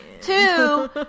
two